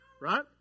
right